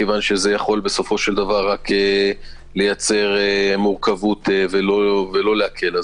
זה יכול בסופו של דבר רק לייצר מורכבות ולא להקל.